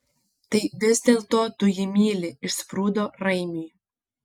tai vis dėlto tu jį myli išsprūdo raimiui